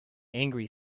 angry